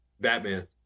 Batman